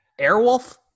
airwolf